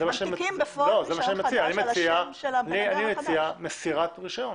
אני מציע מסירת רישיון.